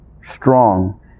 strong